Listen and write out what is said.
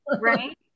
right